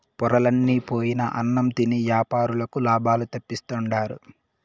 పొరలన్ని పోయిన అన్నం తిని యాపారులకు లాభాలు తెప్పిస్తుండారు